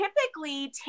typically